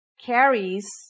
carries